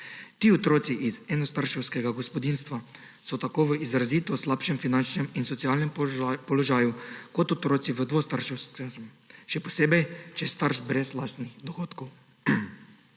Ti otroci iz enostarševskega gospodinjstva so v tako izrazito slabšem finančnem in socialnem položaju kot otroci v dvostarševskem, še posebej, če je starš brez lastnih dohodkov.